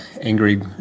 angry